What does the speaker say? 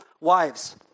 Wives